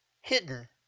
hidden